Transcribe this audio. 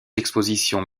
expositions